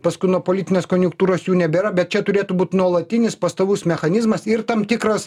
paskui nuo politinės konjunktūros jų nebėra bet čia turėtų būt nuolatinis pastovus mechanizmas ir tam tikras